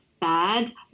Bad